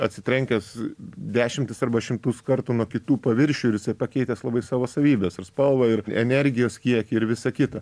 atsitrenkęs dešimtis arba šimtus kartų nuo kitų paviršių ir pakeitęs labai savo savybes ir spalvą ir energijos kiekį ir visa kita